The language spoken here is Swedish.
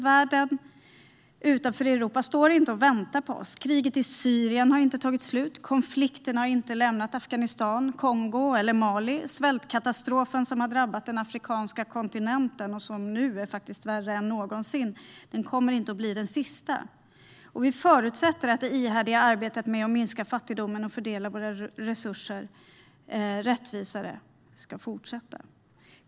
Världen utanför Europa står inte och väntar på oss. Kriget i Syrien har inte tagit slut. Konflikterna har inte lämnat Afghanistan, Kongo eller Mali. Och svältkatastrofen som har drabbat den afrikanska kontinenten, och som nu är värre än någonsin, kommer inte att bli den sista. Vi förutsätter att det ihärdiga arbetet med att minska fattigdomen och fördela våra resurser på ett mer rättvist sätt ska fortsätta.